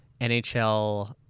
NHL